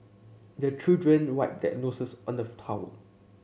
the children wipe their noses on towel